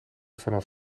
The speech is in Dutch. vanaf